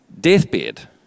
deathbed